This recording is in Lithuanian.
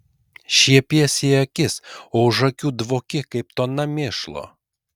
šiepiesi į akis o už akių dvoki kaip tona mėšlo